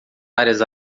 áreas